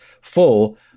full